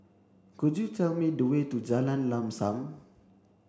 could you tell me the way to Jalan Lam Sam